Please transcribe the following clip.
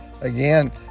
again